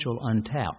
untapped